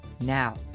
now